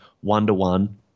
one-to-one